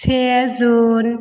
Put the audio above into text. से जुन